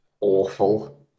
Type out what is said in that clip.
Awful